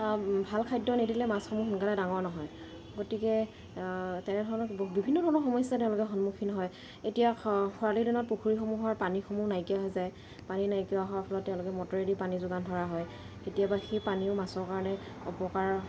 ভাল খাদ্য নিদিলে মাছসমূহ সোনকালে ডাঙৰ নহয় গতিকে তেনেধৰণৰ বিভিন্ন ধৰণৰ সমস্যা তেওঁলোকে সন্মুখীন হয় এতিয়া খৰালি দিনত পুখুৰীসমূহৰ পানীসমূহ নাইকিয়া হৈ যায় পানী নাইকিয়া হোৱাৰ ফলত তেওঁলোকে মটৰেদি পানী যোগান ধৰা হয় কেতিয়াবা সেই পানীও মাছৰ কাৰণে অপকাৰ